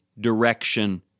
direction